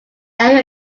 area